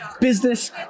business